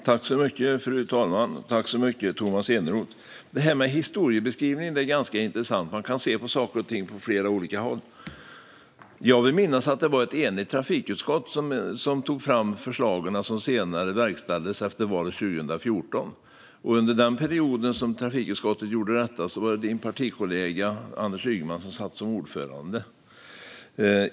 Fru talman! Detta med historiebeskrivningen är ganska intressant - man kan se på saker och ting på flera olika sätt. Jag vill minnas att det var ett enigt trafikutskott som tog fram de förslag som senare verkställdes efter valet 2014. Under den period som trafikutskottet gjorde detta var det Tomas Eneroths partikollega Anders Ygeman som satt som ordförande.